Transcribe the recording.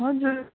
हजुर